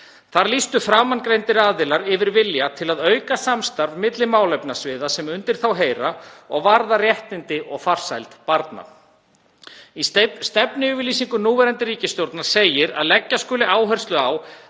Þar lýstu framangreindir aðilar yfir vilja til að auka samstarf milli málefnasviða sem undir þá heyra og varða réttindi og farsæld barna. Í stefnuyfirlýsingu núverandi ríkisstjórnar segir að leggja skuli áherslu á